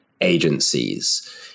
agencies